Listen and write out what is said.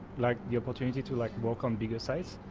like the opportunity to, like walk on bigger size,